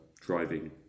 driving